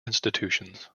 institutions